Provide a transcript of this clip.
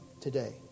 today